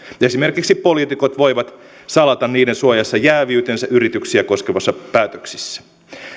esimerkiksi poliitikot voivat salata niiden suojassa jääviytensä yrityksiä koskevissa päätöksissä